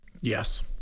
yes